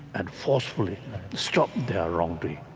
and forcefully stop their wrong doing.